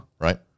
Right